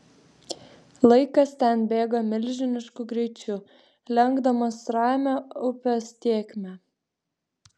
laikas ten bėga milžinišku greičiu lenkdamas ramią upės tėkmę